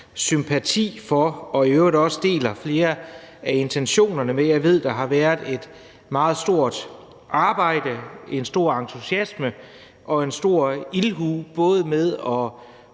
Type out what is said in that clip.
sympati for, og i øvrigt deler jeg også flere af intentionerne. Jeg ved, at der har været et meget stort arbejde, en stor entusiasme og en stor ildhu både med at